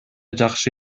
жакшы